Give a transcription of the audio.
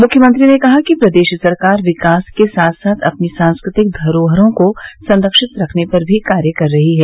मुख्यमंत्री ने कहा कि प्रदेश सरकार विकास के साथ साथ अपनी सांस्कृतिक धरोहरों को संरक्षित करने पर भी कार्य कर रही है